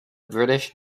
british